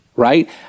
Right